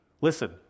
listen